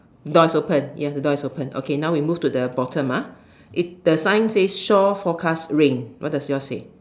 door's open yes the door is open okay now we move to the bottom the sign says shore forecast rain what does yours say